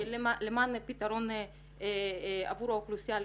למען פתרון עבור האוכלוסייה --- האוטיזם.